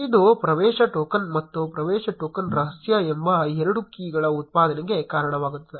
ಇದು ಪ್ರವೇಶ ಟೋಕನ್ ಮತ್ತು ಪ್ರವೇಶ ಟೋಕನ್ ರಹಸ್ಯ ಎಂಬ ಎರಡು ಕೀಗಳ ಉತ್ಪಾದನೆಗೆ ಕಾರಣವಾಗುತ್ತದೆ